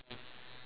ya